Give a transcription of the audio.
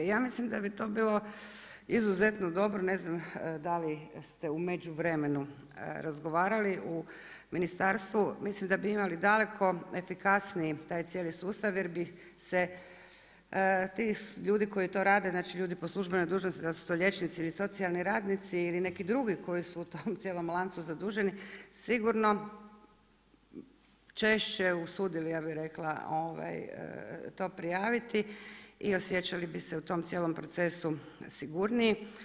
Ja mislim da bi to bilo izuzetno dobro, ne znam da li ste u međuvremenu razgovarali u ministarstvu, mislim da bi imali daleko efikasniji taj cijeli sustav, jer bi se ti ljudi koji to rade, znači ljudi po službenoj dužnosti, dal su to liječnici ili socijalni radnici ili neki drugi koji su u tom cijelom lancu zaduženi sigurno češće usudio ja bi rekla to prijavili i osjećali bi se u tom cijelom procesu sigurniji.